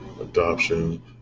adoption